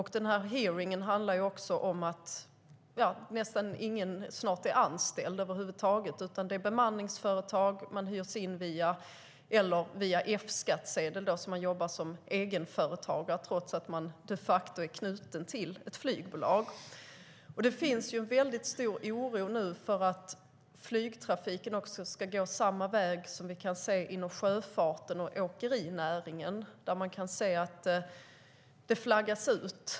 Hearingen handlade också om att snart är nästan ingen anställd över huvud taget. Bolagen använder i stället bemanningsföretag eller hyr in personal via F-skattsedel. Man jobbar som egenföretagare trots att man de facto är knuten till ett flygbolag. Det finns en stor oro för att flygtrafiken ska gå samma väg som sjöfarten och åkerinäringen. Där ser vi att det flaggas ut.